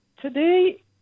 today